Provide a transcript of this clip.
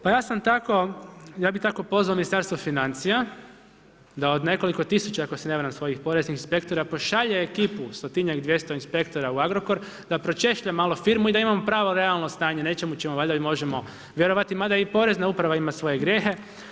Pa ja sam tako, ja bih tako pozvao Ministarstvo financija da od nekoliko tisuća ako se ne varam svojih poreznih spektara pošalje ekipu stotinjak, dvjesto inspektora u Agrokor da pročešlja malo firmu i da imamo pravo realno stanje nečemu čemu valjda možemo vjerovati, mada i Porezna uprava ima svoje grijehe.